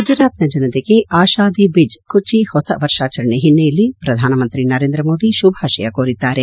ಗುಜರಾತ್ನ ಜನತೆಗೆ ಆಶಾಧಿಬಿಜ್ ಕುಛಿ ಹೊಸ ವರ್ಷಾಚರಣೆ ಹಿನ್ನೆಲೆಯಲ್ಲಿ ಪ್ರಧಾನಮಂತ್ರಿ ನರೇಂದ ಮೋದಿ ಶುಭಾಶಯ ಕೋರಿದ್ದಾರೆ